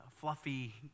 fluffy